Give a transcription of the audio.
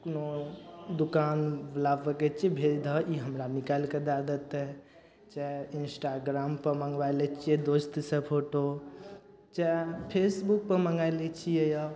कोनो दुकानवला सँ कहय छियै भेज दहऽ ई हमरा निकालि कऽ दए देतय तए इन्सटाग्रामपर मङ्गबा लै छियै दोस्तसँ फोटो चाहे फेसबुकसँ मङ्गाइ लै छियै आब